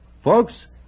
Folks